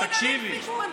למימון הליך משפטי?